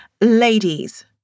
Ladies